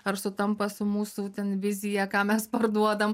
ar sutampa su mūsų ten vizija ką mes parduodam